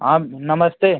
हाँ नमस्ते